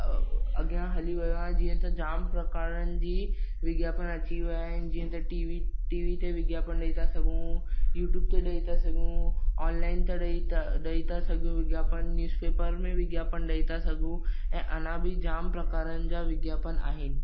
अ अॻियां हली वियो आहे जीअं त जामु प्रकारनि जी विज्ञापन अची विया आहिनि जीअं त टीवी टीवी ते विज्ञापन ॾेई था सघूं यूट्यूब ते ॾेई था सघूं ऑनलाइन था ॾेई था ॾेई था सघूं या न्यूज़ पेपर में विज्ञापन ॾेई था सघूं ऐं अञा बि जामु प्रकारनि जा विज्ञापन आहिनि